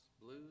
Blues